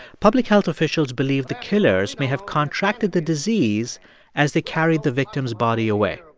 public health officials believe the killers may have contracted the disease as they carried the victim's body away.